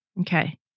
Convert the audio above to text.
Okay